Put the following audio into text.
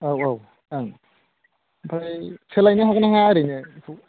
औ औ ओं ओमफ्राय सोलायनो हागोन ना हाया ओरैनो बेखौ